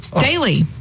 daily